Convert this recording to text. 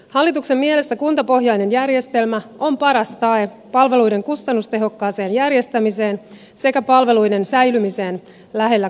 hallituksen mielestä kuntapohjainen järjestelmä on paras tae palveluiden kustannustehokkaaseen järjestämiseen sekä palveluiden säilymiseen lähellä kuntalaisia